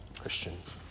Christians